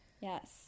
Yes